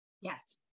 Yes